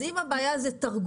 אז אם הבעיה היא תרגום,